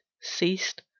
ceased